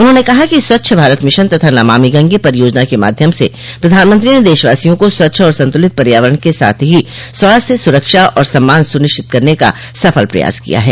उन्होंने कहा कि स्वच्छ भारत मिशन तथा नमामि गंगे परियोजना के माध्यम से प्रधानमंत्री ने देशवासियों को स्वच्छ और संतुलित पर्यावरण के साथ ही स्वास्थ्य सुरक्षा और सम्मान सुनिश्चित कराने का सफल प्रयास किया है